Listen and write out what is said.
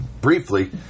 briefly